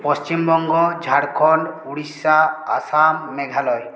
Paschimbanga Jharkhand Orissa Assam Meghalaya